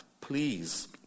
please